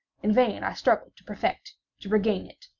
in vain i struggled to perfect to regain it.